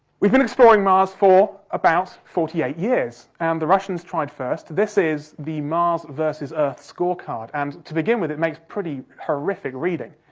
we've been exploring mars for about forty eight years, and the russians tried first. this is the mars versus earth scorecard and, to begin with, it makes pretty horrific reading.